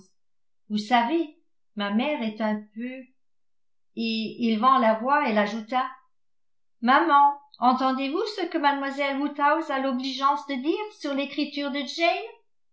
vous savez ma mère est un peu et élevant la voix elle ajouta maman entendez-vous ce que mlle woodhouse a l'obligeance de dire sur l'écriture de